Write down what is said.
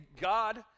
God